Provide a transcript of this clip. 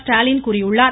ஸ்டாலின் கூறியுள்ளார்